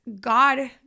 God